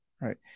right